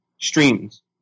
streams